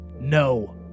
No